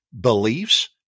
beliefs